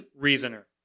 reasoner